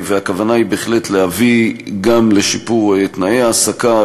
הכוונה היא בהחלט להביא גם לשיפור תנאי ההעסקה,